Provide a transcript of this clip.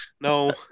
no